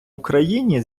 україні